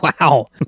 wow